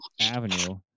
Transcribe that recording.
Avenue